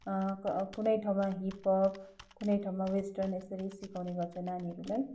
कुनै ठाउँमा हिपप कुनै ठाउँमा वेस्टर्न यसरी सिकाउने गर्छ नानीहरूलाई